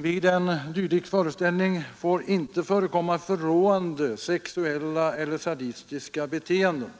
Vid en dylik föreställning får inte förekomma förråande sexuella eller sadistiska beteenden.